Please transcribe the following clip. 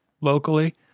locally